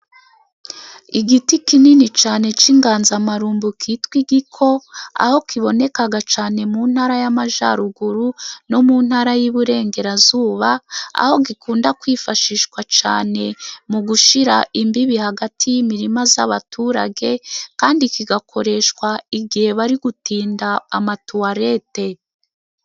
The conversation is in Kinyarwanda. Igiti kinini cyane cy'inganzamarumbo kitwa Igiko, aho kiboneka cyane mu ntara y'Amajyaruguru no mu ntara y'Iburengerazuba, aho gikunda kwifashishwa cyane mu gushyira imbibi hagati y'imirima y'abaturage, kandi kigakoreshwa igihe bari gutinda amatuwarete.